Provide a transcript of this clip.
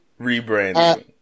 rebranding